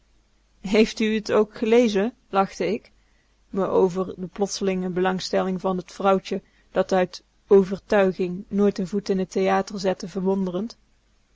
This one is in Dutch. heeft u t ook gelezen lachte ik me over de plotselinge belangstelling van t vrouwtje dat uit overtuiging nooit n voet in n theater zette verwonderend